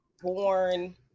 born